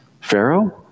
Pharaoh